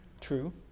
True